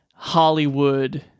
hollywood